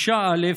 אישה א'